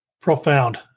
Profound